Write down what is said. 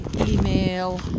email